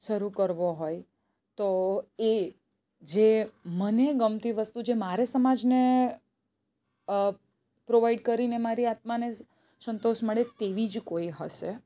શરૂ કરવો હોય તો એ જે મને ગમતી વસ્તુ જે મારે સમાજને પ્રોવાઈડ કરીને મારી આત્માને સંતોષ મળે તેવી જ કોઈ હશે